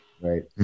Right